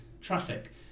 traffic